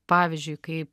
pavyzdžiui kai